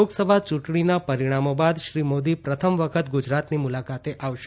લોકસભા યુંટણીના પરીણામો બાદ શ્રી મોદી પ્રથમ વખત ગુજરાતની મુલાકાતે આવશે